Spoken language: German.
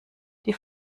die